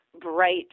bright